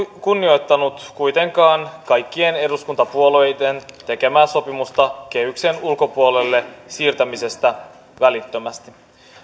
kunnioittanut kuitenkaan kaikkien eduskuntapuolueiden tekemää sopimusta kehyksen ulkopuolelle siirtämisestä välittömästi